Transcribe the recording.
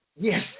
Yes